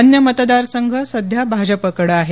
अन्य मतदारसंघ सध्या भाजपाकडे आहेत